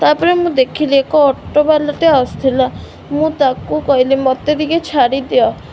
ତା'ପରେ ମୁଁ ଦେଖିଲି ଏକ ଅଟୋ ବାଲାଟେ ଆସିଥିଲା ମୁଁ ତାକୁ କହିଲି ମୋତେ ଟିକେ ଛାଡ଼ିଦିଅ